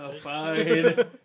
fine